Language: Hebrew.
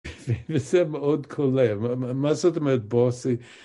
זה מאוד קולה, מה עושות עם הבוסי?